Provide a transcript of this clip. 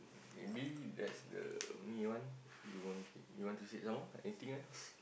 maybe that's the only one you want hear to say some more anything else